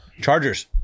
Chargers